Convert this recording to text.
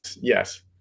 yes